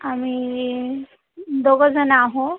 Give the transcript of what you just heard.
आम्ही दोघंजणं आहो